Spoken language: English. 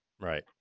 Right